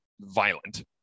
violent